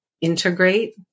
integrate